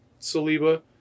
Saliba